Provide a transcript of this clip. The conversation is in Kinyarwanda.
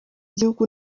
igihugu